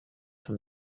from